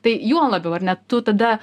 tai juo labiau ar ne tu tada